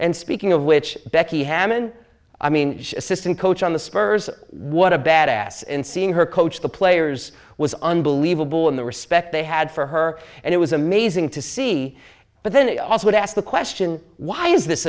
and speaking of which becky hammon i mean assistant coach on the spurs what a bad ass in seeing her coach the players was unbelievable in the respect they had for her and it was amazing to see but then also would ask the question why is this